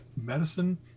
medicine